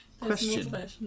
Question